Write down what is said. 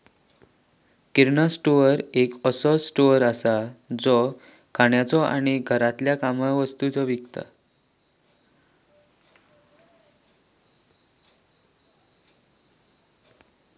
किराणा store एक असो store असा जो खाण्याचे आणि घरातल्या कामाचे वस्तु विकता